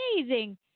amazing